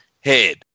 head